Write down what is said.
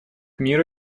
миру